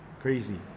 crazy